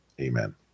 Amen